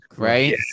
Right